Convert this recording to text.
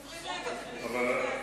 סופרים להם את הפיתות והזיתים,